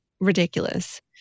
ridiculous